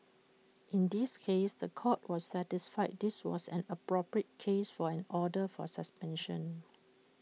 in this case The Court was satisfied this was an appropriate case for an order for suspension